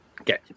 Okay